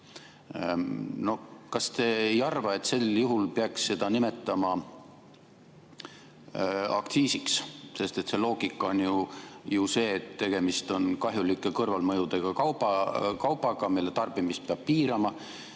Kas te ei arva, et sel juhul peaks seda nimetama aktsiisiks, sest loogika on ju see, et tegemist on kahjulike kõrvalmõjudega kaubaga, mille tarbimist peab piirama?